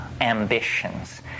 ambitions